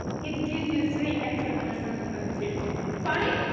it gives you three extra percent of conductivity. funny?